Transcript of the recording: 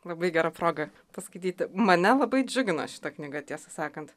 labai gera proga paskaityti mane labai džiugina šita knyga tiesą sakant